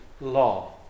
law